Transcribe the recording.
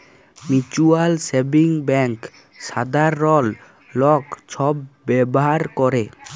mutual savings bank সাধারল লক ছব ব্যাভার ক্যরে